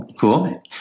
Cool